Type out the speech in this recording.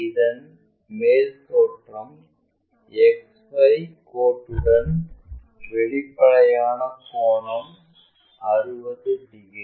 இதன் மேல் தோற்றம் X Y கோட்டுடன் வெளிப்படையான கோணம் 60 டிகிரி